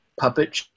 puppet